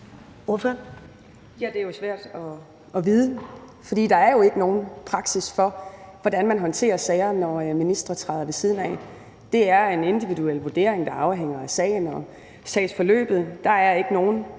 Det er jo svært at vide, for der er jo ikke nogen praksis for, hvordan man håndterer sager, når ministre træder ved siden af. Det er en individuel vurdering, der afhænger af sagen og sagsforløbet. Der er ikke nogen